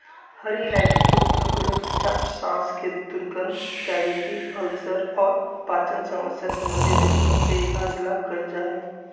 हरी इलायची के उपयोग रक्तचाप, सांस के दुर्गंध, कैविटी, अल्सर और पाचन समस्या संबंधी रोगवन के इलाज ला कइल जा हई